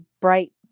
bright